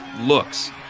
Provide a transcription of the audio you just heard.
looks